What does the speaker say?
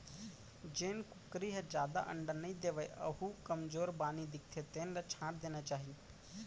जेन कुकरी ह जादा अंडा नइ देवय अउ कमजोरहा बानी दिखथे तेन ल छांट देना चाही